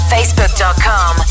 Facebook.com